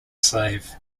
slave